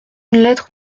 lettre